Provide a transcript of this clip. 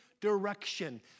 direction